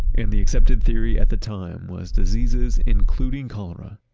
and the accepted theory at the time was diseases including cholera,